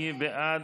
מי בעד?